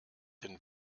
den